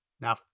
Now